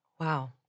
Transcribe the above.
Wow